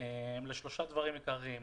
בשלושה דברים עיקריים.